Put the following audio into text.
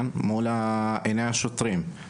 אני מקווה.